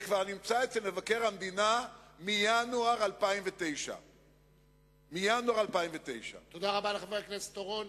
זה כבר נמצא אצל מבקר המדינה מינואר 2009. תודה רבה לחבר הכנסת אורון.